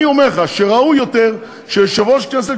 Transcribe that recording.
אני אומר לך שראוי יותר שיושב-ראש כנסת